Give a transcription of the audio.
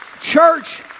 Church